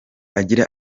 agira